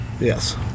Yes